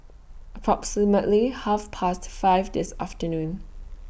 approximately Half Past five This afternoon